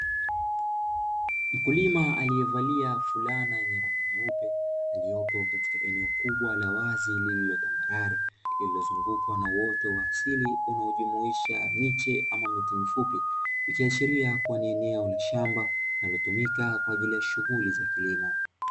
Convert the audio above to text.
Mkulima aliyevalia fulana yenye rangi nyeupe aliopo Katika eneo kubwa la wazi lililotambarare lililozungukwa na uoto wa asili unaojumuisha miche ama miti mifupi. Ikiashiria kuwa ni eneo la shamba linalotumika kwa ajili ya shughuli za kilimo.